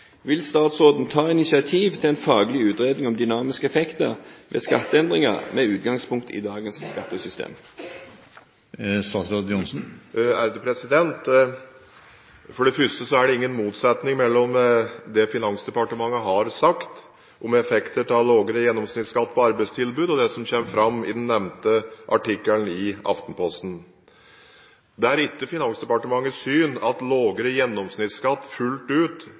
Vil statsråden ta initiativ til en faglig utredning om dynamiske effekter ved skatteendringer med utgangspunkt i dagens skattesystem?» For det første er det ingen motsetning mellom det Finansdepartementet har sagt om effekter av lavere gjennomsnittsskatt på arbeidstilbud, og det som kommer fram i den nevnte artikkelen i Aftenposten. Det er ikke Finansdepartementets syn at lavere gjennomsnittsskatt fullt ut